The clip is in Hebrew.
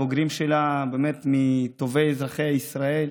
הבוגרים שלה הם באמת מטובי אזרחי ישראל.